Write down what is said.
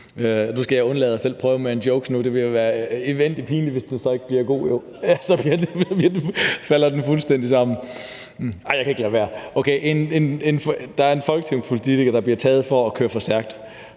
Nu skal jeg undlade selv at prøve med en joke nu. Det ville jo være uendelig pinligt, hvis den så ikke bliver god. Så falder den fuldstændig sammen. Nej, jeg kan ikke lade være. Der er en folketingspolitiker, der bliver taget for at køre for stærkt.